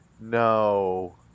No